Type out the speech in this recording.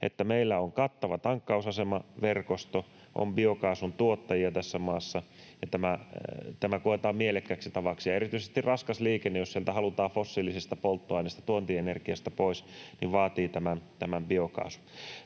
että meillä on kattava tankkausasemaverkosto, on biokaasun tuottajia tässä maassa ja tämä koetaan mielekkääksi tavaksi. Ja erityisesti jos raskaassa liikenteessä halutaan fossiilisista polttoaineista, tuontienergiasta pois, niin se vaatii biokaasun.